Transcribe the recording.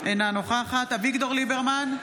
אינה נוכחת אביגדור ליברמן,